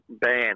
ban